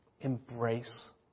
Embrace